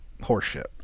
horseshit